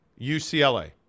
UCLA